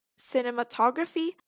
cinematography